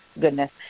goodness